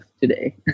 today